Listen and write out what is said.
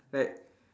like